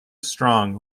strong